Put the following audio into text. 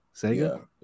Sega